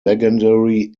legendary